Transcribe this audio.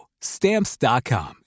Stamps.com